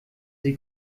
sie